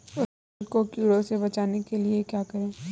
फसल को कीड़ों से बचाने के लिए क्या करें?